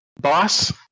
boss